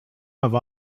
have